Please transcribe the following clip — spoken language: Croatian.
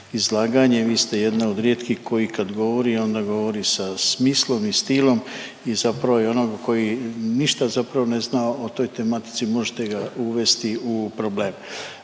izlaganje. Vi ste jedna od rijetkih koji kad govori onda govori sa smislom i stilom i zapravo i onoga koji ništa zapravo ne zna o toj tematici možete ga uvesti u problem.